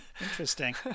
Interesting